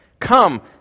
Come